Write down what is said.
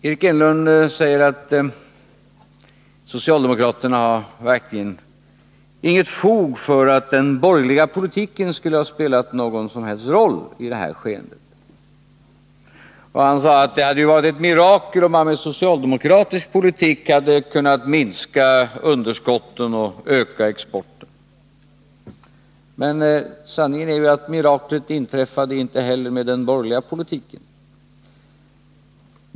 Eric Enlund säger att socialdemokraterna verkligen inte har något fog för att den borgerliga politiken skulle ha spelat någon som helst roll i detta skeende. Och han sade att det ju hade varit ett mirakel, om man med socialdemokratisk politik hade kunnat minska underskotten och öka exporten. Sanningen är ju att miraklet inte heller inträffade med den borgerliga politiken.